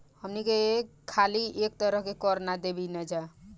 हमनी के खाली एक तरह के कर ना देबेनिजा